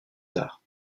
tard